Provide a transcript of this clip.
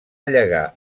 llegar